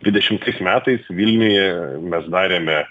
dvidešimtais metais vilniuje mes darėme